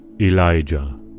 Elijah